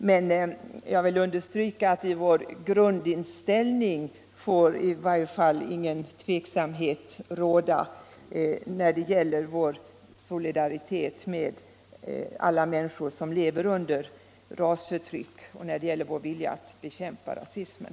Men jag vill understryka att när det gäller vår grundinställning får i varje fall ingen tveksamhet råda om vår solidaritet med alla människor som lever under rasförtryck och om vår vilja att bekämpa rasismen.